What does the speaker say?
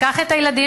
לקח את הילדים,